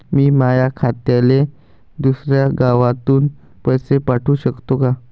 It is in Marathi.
मी माया आत्याले दुसऱ्या गावातून पैसे पाठू शकतो का?